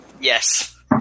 Yes